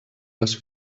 les